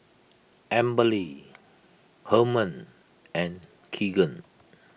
Amberly Herman and Keegan